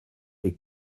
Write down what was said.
est